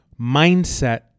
Mindset